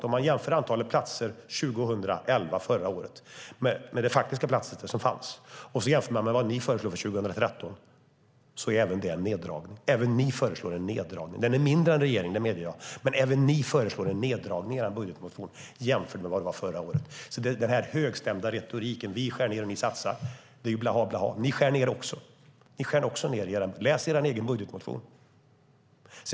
Om man jämför det faktiska antalet platser 2011 med vad ni föreslår för 2013 är även det en neddragning. Även ni föreslår en neddragning; den är visserligen mindre än regeringens, men även ni föreslår en neddragning i er budgetmotion jämfört med förra året. Den högstämda retoriken om att vi skär ned och att ni satsar är blaha blaha. Ni skär också ned. Läs er egen budgetmotion.